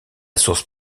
source